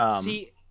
See-